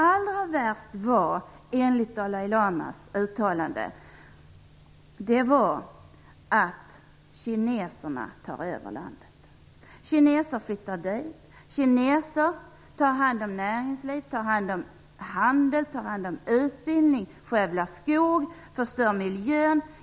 Allra värst enligt Dalai Lamas sändebud var dock att kineserna tar över landet. Kineser flyttar dit. Kineser tar hand om näringsliv, handel och utbildning. De skövlar skog och förstör miljön.